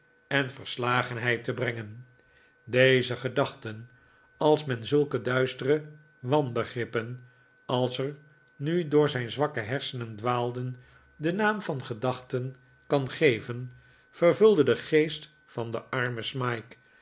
en verslagenheid te brengen deze gedachten als men zulke duiste re wanbegrippen als er nu door zijn zwakke hersenen dwaalden den naam van gedachten kan geven vervulden den geest van den armen smike